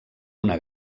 una